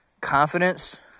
confidence